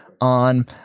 on